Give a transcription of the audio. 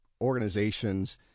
organizations